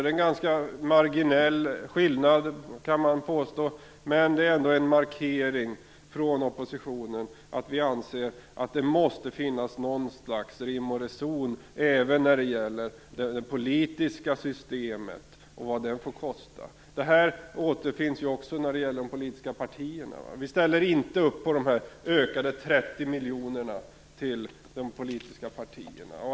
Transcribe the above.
Det kan påstås vara en ganska marginell skillnad, men det är ändå en markering från oppositionen att vi anser att det måste finnas någon rim och reson även för vad det politiska systemet får kosta. Det här återfinns också när det gäller stödet till de politiska partierna, där vi inte ställer upp på ökningen med 30 miljoner.